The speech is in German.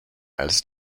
als